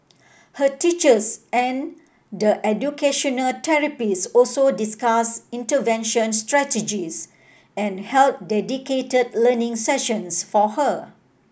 her teachers and the educational therapists also discussed intervention strategies and held dedicated learning sessions for her